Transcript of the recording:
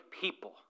people